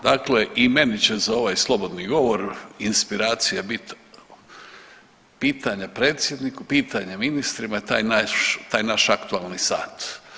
Dakle i meni će za ovaj slobodni govor inspiracija biti pitanja predsjedniku, pitanja ministrima taj naš aktualni sat.